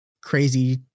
crazy